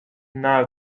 now